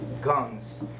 guns